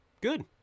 good